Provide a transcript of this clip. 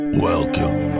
Welcome